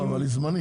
לא, אבל היא זמנית.